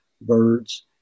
birds